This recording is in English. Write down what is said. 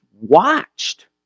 watched